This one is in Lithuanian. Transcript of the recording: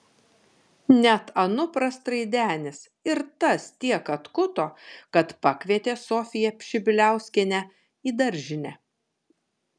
net anupras traidenis ir tas tiek atkuto kad pakvietė sofiją pšibiliauskienę į daržinę